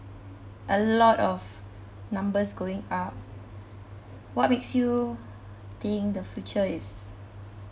a lot of numbers going up what makes you think the future is